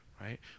right